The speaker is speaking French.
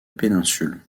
péninsule